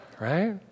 right